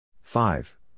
five